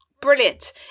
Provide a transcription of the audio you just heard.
brilliant